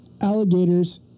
alligators